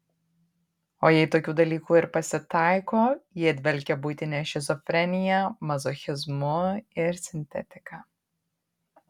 o jei tokių dalykų ir pasitaiko jie dvelkia buitine šizofrenija mazochizmu ir sintetika